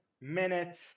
minutes